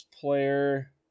player